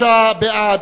63 בעד,